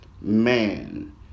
Man